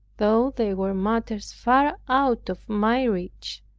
though they were matters far out of my reach,